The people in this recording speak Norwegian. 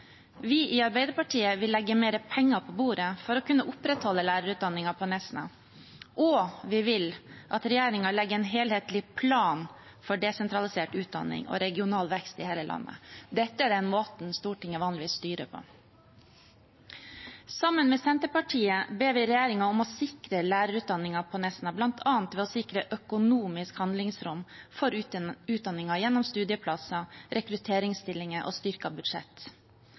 Vi i Arbeiderpartiet vil legge mer penger på bordet for å kunne opprettholde lærerutdanningen på Nesna, og vi vil at regjeringen legger en helhetlig plan for desentralisert utdanning og regional vekst i hele landet. Dette er den måten Stortinget vanligvis styrer på. Sammen med Senterpartiet ber vi regjeringen om å sikre lærerutdanningen på Nesna, bl.a. ved å sikre økonomisk handlingsrom for utdanningen gjennom studieplasser, rekrutteringsstillinger og styrket budsjett.